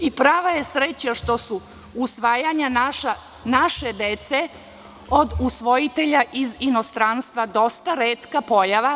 Prava je sreća što su usvajanja naše dece od usvojitelja iz inostranstva dosta retka pojava.